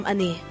Ani